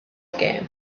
gem